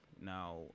now